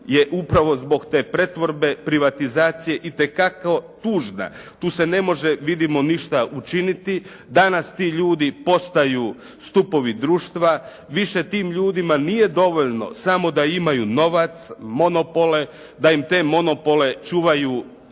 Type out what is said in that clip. je upravo zbog te pretvorbe, privatizacije itekako tužna. Tu se ne može vidimo ništa učiniti, danas ti ljudi postaju stupovi društva, više tim ljudima nije dovoljno samo da imaju novac, monopole, da im te monopole čuvaju